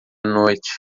noite